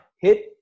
Hit –